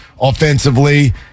offensively